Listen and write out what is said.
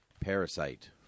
Parasite